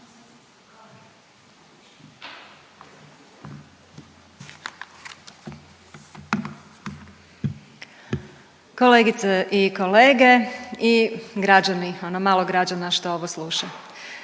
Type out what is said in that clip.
Kolegice i kolege i građani, ono malo građana što ovo sluša,